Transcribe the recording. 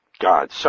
God